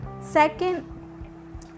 second